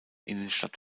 innenstadt